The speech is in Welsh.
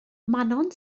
manon